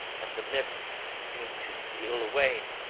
and the mist seemed to steal away